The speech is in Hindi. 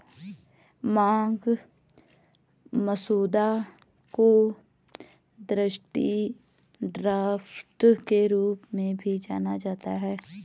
मांग मसौदा को दृष्टि ड्राफ्ट के रूप में भी जाना जाता है